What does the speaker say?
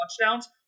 touchdowns